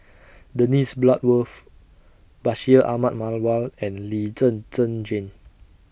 Dennis Bloodworth Bashir Ahmad Mallal and Lee Zhen Zhen Jane